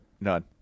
None